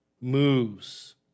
moves